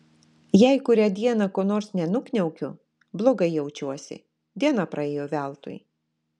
jei kurią dieną ko nors nenukniaukiu blogai jaučiuosi diena praėjo veltui